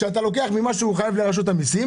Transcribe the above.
שאתה לוקח ממה שהוא חייב לרשות המיסים,